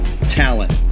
talent